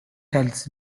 tells